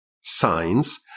signs